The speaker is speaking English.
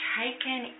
taken